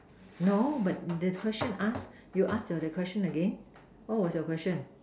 no but the question ask you ask your that question again what was your question